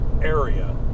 area